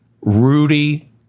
Rudy